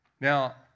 Now